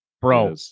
bro